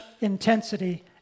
intensity